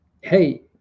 hey